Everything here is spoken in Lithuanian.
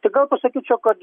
tik gal pasakyčiau kad